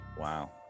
Wow